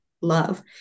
love